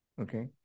Okay